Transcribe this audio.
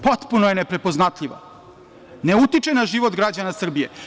Potpuno je neprepoznatljiva, ne utiče na život građana Srbije.